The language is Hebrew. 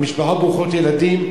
במשפחות ברוכות ילדים,